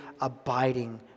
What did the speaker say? abiding